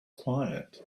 quiet